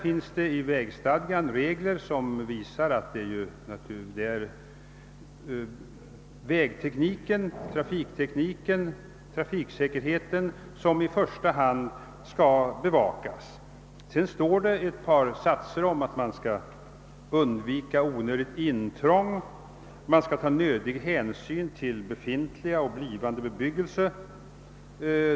I vägstadgan finns regler som visar att det är trafiksäkerheten som i första hand skall bevakas. I ett par meningar står det också att man skall undvika onödigt intrång och att man skall ta nödig hänsyn till befintlig och blivande bebyggelse.